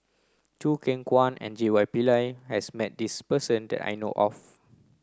Choo Keng Kwang and J Y Pillay has met this person that I know of